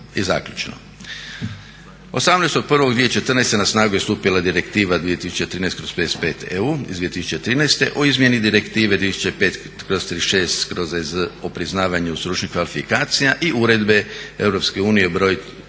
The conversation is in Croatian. I zaključno, 18.1.2014.na snagu je stupila Direktiva 2013/55 EU iz 2013.o izmjeni Direktive 2005/36/EZ o priznavanju stručnih kvalifikacija i Uredbe EU